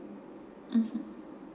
mmhmm